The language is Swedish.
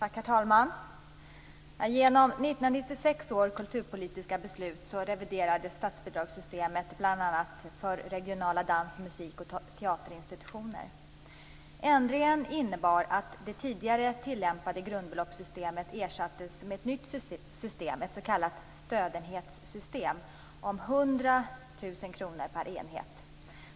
Herr talman! Genom 1996 års kulturpolitiska beslut reviderades statsbidragssystemet bl.a. för regionala dans-, musik och teaterinstitutioner. Ändringen innebar att det tidigare tillämpade grundbeloppssystemet ersattes med ett nytt system - ett s.k. stödenhetssystem om 100 000 kr per enhet.